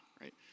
right